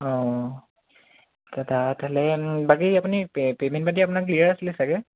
অঁ দাদা বাকী আপুনি পে'মেণ্ট আপোনাৰ ক্লিয়াৰ আছিলে চাগে